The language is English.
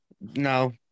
No